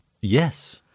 Yes